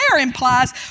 implies